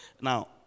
Now